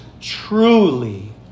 truly